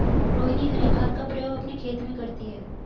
रोहिनी हरी खाद का प्रयोग अपने खेत में करती है